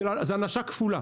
זה הענשה כפולה.